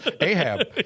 Ahab